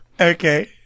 Okay